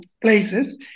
places